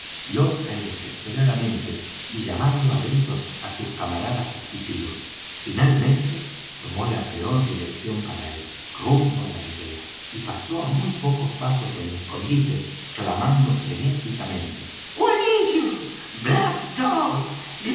loca y desesperadamente y llamando á gritos á sus camaradas fugitivos finalmente tomó la peor dirección para él rumbo á la aldea y pasó á muy pocos pasos de mi escondite clamando frenéticamente juanillo black